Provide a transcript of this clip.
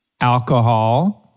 Alcohol